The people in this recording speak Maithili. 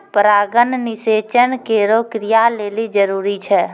परागण निषेचन केरो क्रिया लेलि जरूरी छै